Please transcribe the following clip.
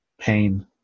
pain